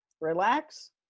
relax